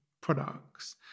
products